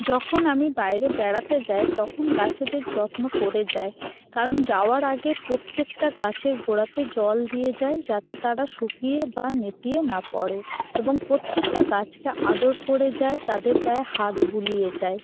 যখন আমি বাইরে বেড়াতে যাই তখন গাছেদের যত্ন করে যাই কারণ যাওয়ার আগে প্রত্যেকটা গাছের গোড়াতে জল দিয়ে যাই যাতে তারা শুকিয়ে বা নেতিয়ে না পড়ে এবং প্রত্যেকটা গাছকে আদর করে যাই তাদের গায়ে হাত বুলিয়ে যাই